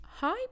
Hi